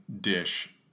dish